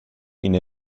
ina